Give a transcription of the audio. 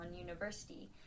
University